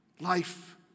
Life